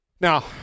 now